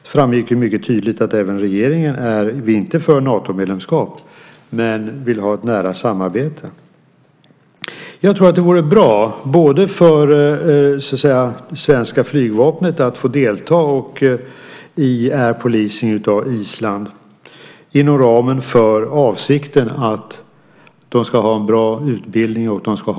Det framgick mycket tydligt att regeringen vill ha inte Natomedlemskap men ett nära samarbete. Jag tror att det vore bra för det svenska flygvapnet att få delta i Air Policing av Island just inom ramen för den avsikt som finns, nämligen att det ska ha bra utbildning och bra beredskap.